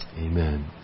Amen